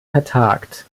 vertagt